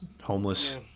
Homeless